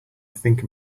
think